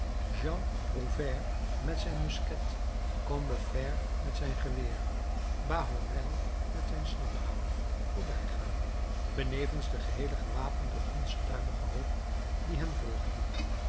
prouvaire met zijn musket combeferre met zijn geweer bahorel met zijn snaphaan voorbijgaan benevens de geheele gewapende onstuimige hoop die hen volgde